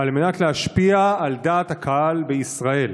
בישראל שנועדה להשפיע על דעת הקהל הישראלית,